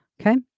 Okay